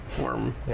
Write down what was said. warm